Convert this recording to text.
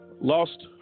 lost